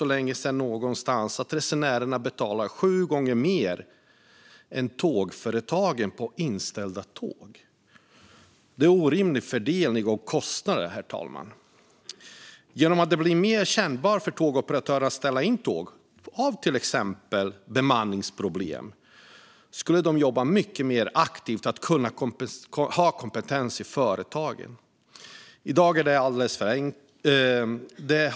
Jag läste någonstans att resenärer betalar sju gånger mer än tågföretagen för inställda tåg. Det är en orimlig fördelning av kostnaden. Om det blir mer kännbart för tågoperatörerna att ställa in tåg på grund av till exempel dålig bemanning skulle de jobba mycket mer aktivt för att ha kompetens inom företaget. I dag är det alldeles för enkelt ställa in tåg utan att drabbas av ekonomiska konsekvenser.